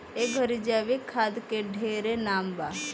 ए घड़ी जैविक खाद के ढेरे नाम बा